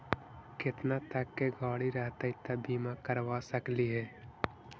केतना तक के गाड़ी रहतै त बिमा करबा सकली हे?